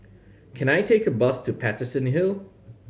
can I take a bus to Paterson Hill